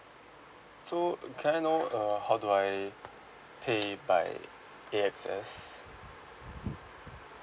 so uh can I know uh how do I pay by A_X_S